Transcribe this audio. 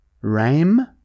Rame